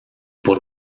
por